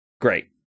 great